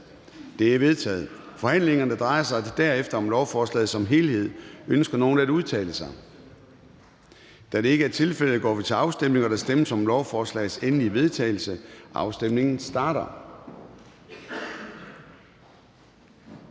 (Søren Gade): Forhandlingen drejer sig derefter om lovforslaget som helhed. Ønsker nogen at udtale sig? Da det ikke er tilfældet, går vi til afstemning. Kl. 09:22 Afstemning Formanden (Søren Gade): Der stemmes om lovforslagets endelige vedtagelse. Afstemningen starter.